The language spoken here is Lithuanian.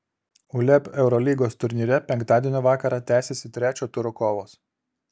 uleb eurolygos turnyre penktadienio vakarą tęsiasi trečio turo kovos